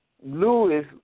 Lewis